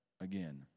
again